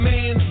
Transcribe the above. Man